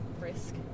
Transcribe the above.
risk